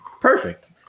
Perfect